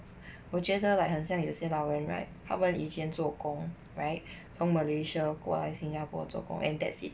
我觉得 like 很像有些老人 right 他们以前做工 right 从 malaysia 过来新加坡做工 and that's it